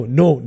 no